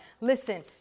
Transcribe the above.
Listen